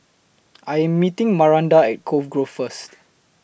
I Am meeting Maranda At Cove Grove First